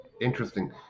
Interesting